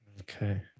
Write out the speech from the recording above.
Okay